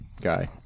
guy